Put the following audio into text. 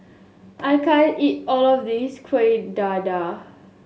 I can't eat all of this Kuih Dadar